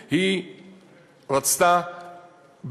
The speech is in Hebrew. היא רצתה,